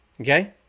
Okay